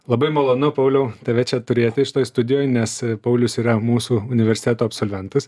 labai malonu pauliau tave čia turėti šitoj studijoj nes paulius yra mūsų universiteto absolventas